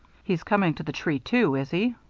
he's coming to the tree, too, is he?